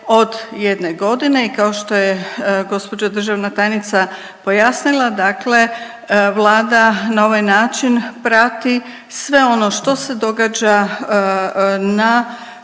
od jedne godine i kao što je gđa državna tajnica pojasnila, dakle Vlada na ovaj način prati sve ono što se događa na